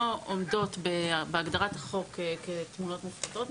עומדות בהגדרת החוק כתמונות מופחתות.